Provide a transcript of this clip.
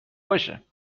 باشه